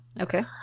Okay